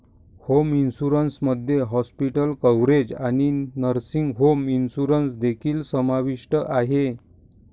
home insurance मध्ये hospital coverage आणि nursing home insurance देखील समाविष्ट आहे